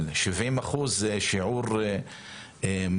אז שבעים אחוז זה שיעור מדהים.